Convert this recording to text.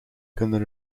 kunnen